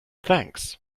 thanks